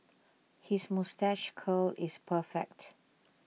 his moustache curl is perfect